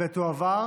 התשפ"א 2021, לוועדה